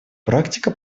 практика